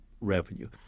revenue